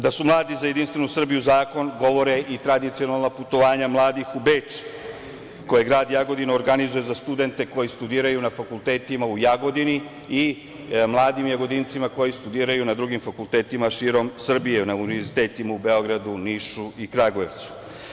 Da su mladi za Jedinstvenu Srbiju zakon govore i tradicionalna putovanja mladih u Beč, grad Jagodina organizuje za studente koji studiraju na fakultetima u Jagodini i mladim jagodincima koji studiraju na drugim fakultetima širom Srbije, na univerzitetu u Beogradu, Nišu i Kragujevcu.